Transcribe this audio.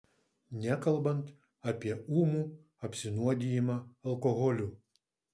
nekalbant apie ūmų apsinuodijimą alkoholiu